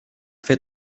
fer